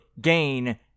gain